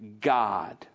God